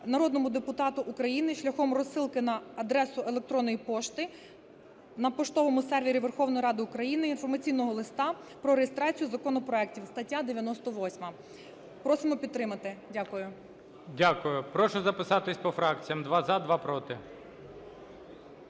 народному депутату України шляхом розсилки на адресу електронної пошти на поштовому сервері Верховної Ради України інформаційного листа про реєстрацію законопроектів, стаття 98. Просимо підтримати. Дякую. ГОЛОВУЮЧИЙ. Дякую. Прошу записатись по фракціям: два – за, два – проти.